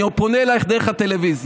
אני פונה אלייך דרך הטלוויזיה: